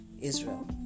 Israel